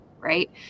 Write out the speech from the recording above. Right